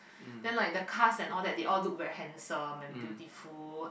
then like the casts and all that the they all looks very handsome and beautiful